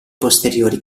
posteriori